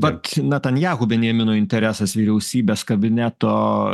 vat natanjahu benjamino interesas vyriausybės kabineto